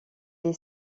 est